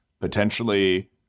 potentially